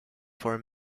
for